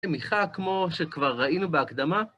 תמיכה כמו שכבר ראינו בהקדמה.